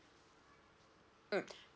mm